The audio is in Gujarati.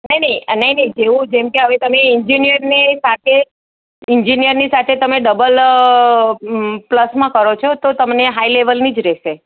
નહીં નહીં જેવું જેમ કે જેવું એન્જિયરની એન્જિયરની સાથે તમે ડબલ પ્લસમાં કરો છો તો તમને હાઈ લેવલની જ રહેશે